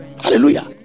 Hallelujah